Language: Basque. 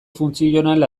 funtzional